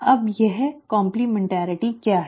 अब वह काम्प्लिमेन्टैरिटी क्या है